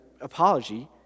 apology